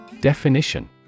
Definition